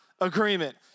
agreement